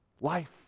Life